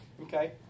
Okay